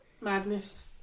Madness